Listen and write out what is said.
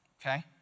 okay